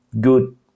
good